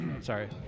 Sorry